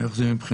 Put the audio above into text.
איך זה מבחינתכם?